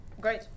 Great